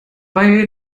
bei